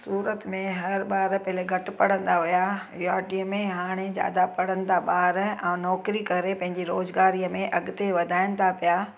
सूरत में हर ॿारु पहिरीं घटि पढ़ंदा हुया अॻाटीअ में हाणे ज्यादा पढ़नि था ॿार ऐं नौकरी करे पंहिंजी रोज़गारीअ में अॻिते वधाइनि था पिया